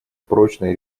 прочной